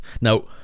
Now